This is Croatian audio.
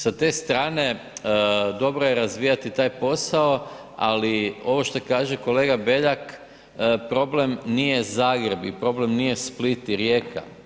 Sa te strane dobro je razvijati taj posao, ali ovo šta kaže kolega Beljak problem nije Zagreb i problem nije Split i Rijeka.